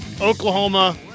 oklahoma